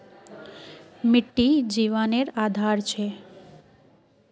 मिटटी जिवानेर आधार छे